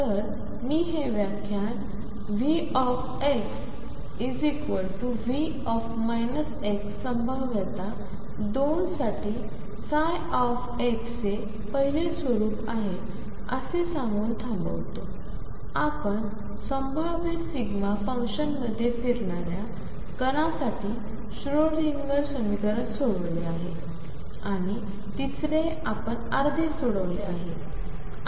तर मी हे व्याख्यान VxV संभाव्यता 2 साठी चे पाहिले स्वरूप आहेअसे सांगून थांबवतो आपण संभाव्य फंक्शनमध्ये फिरणाऱ्या कणासाठी श्रोडिंगर समीकरण सोडवले आहे आणि तिसरे आपण अर्धे सोडवले आहे